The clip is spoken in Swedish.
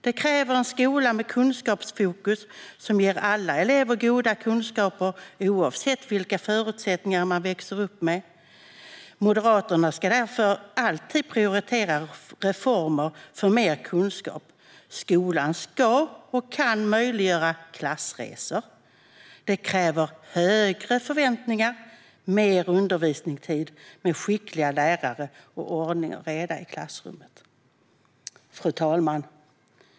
Det kräver en skola med kunskapsfokus som ger alla elever goda kunskaper, oavsett vilka förutsättningar man växer upp med. Moderaterna ska därför alltid prioritera reformer för mer kunskap. Skolan ska och kan möjliggöra klassresor. Det kräver högre förväntningar, mer undervisningstid med skickliga lärare och ordning och reda i klassrummet. Fru talman!